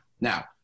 Now